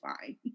fine